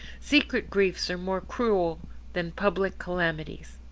secret griefs are more cruel than public calamities.